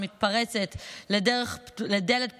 מתפרצת לדלת פתוחה,